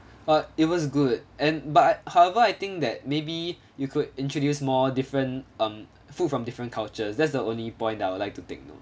uh it was good and but however I think that maybe you could introduce more different um food from different cultures that's the only point that I would like to take note